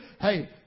Hey